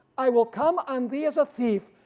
i will come on thee as a thief,